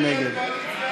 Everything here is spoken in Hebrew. מי נגד?